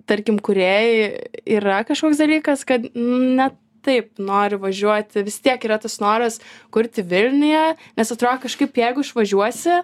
tarkim kūrėjai yra kažkoks dalykas kad ne taip nori važiuoti vis tiek yra tas noras kurti vilniuje nes atrodo kažkaip jeigu išvažiuosi